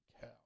cow